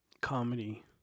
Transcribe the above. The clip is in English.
comedy